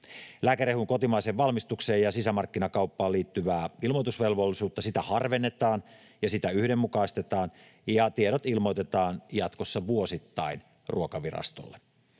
Lääkerehun kotimaiseen valmistukseen ja sisämarkkinakauppaan liittyvää ilmoitusvelvollisuutta harvennetaan ja sitä yhdenmukaistetaan, ja tiedot ilmoitetaan jatkossa vuosittain Ruokavirastolle,